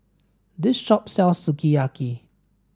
this shop sells Sukiyaki